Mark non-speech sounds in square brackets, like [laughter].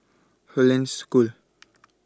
Hollandse School [noise]